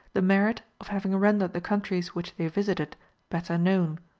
the merit of having rendered the countries which they visited better known.